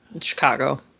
Chicago